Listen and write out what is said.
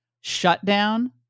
shutdown